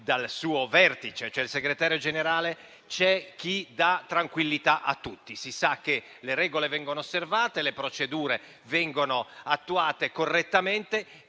dal suo vertice, il Segretario Generale, c'è chi dà tranquillità a tutti: si sa che le regole vengono osservate, le procedure attuate correttamente